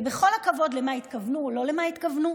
ועם כל הכבוד למה התכוונו או למה לא התכוונו,